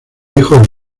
hijos